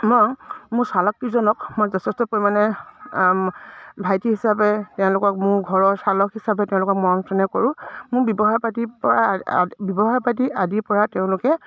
মই মোৰ চালক কেইজনক মই যথেষ্ট পৰিমাণে ভাইটি হিচাপে তেওঁলোকক মোৰ ঘৰৰ চালক হিচাপে তেওঁলোকক মৰম চেনেহ কৰোঁ মোৰ ব্যৱহাৰ পাতি পৰা ব্যৱহাৰ পাতি আদিৰ পৰা তেওঁলোকে